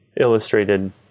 illustrated